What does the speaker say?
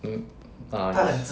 hmm ah